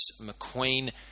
McQueen